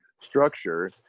structure